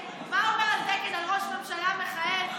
התקן על ראש ממשלה מכהן,